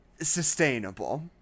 sustainable